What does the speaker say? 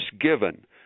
given